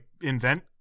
invent